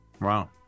Wow